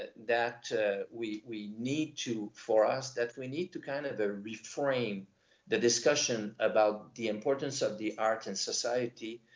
that that we we need to, for us, that we need to kind of ah reframe the discussion about the importance of the art in society.